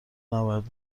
نباید